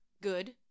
good